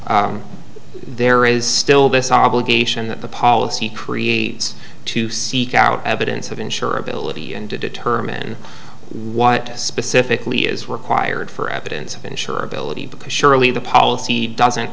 then there is still this obligation that the policy creates to seek out evidence of insurability and to determine what specifically is required for evidence of insurability because surely the policy doesn't